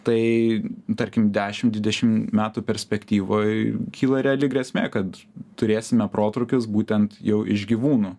tai tarkim dešim dvidešim metų perspektyvoj kyla reali grėsmė kad turėsime protrūkius būtent jau iš gyvūnų